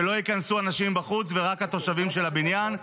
שלא ייכנסו אנשים מבחוץ ורק התושבים של הבניין.